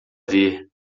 ver